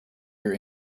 your